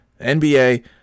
NBA